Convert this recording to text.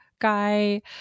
guy